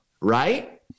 right